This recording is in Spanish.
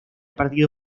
partido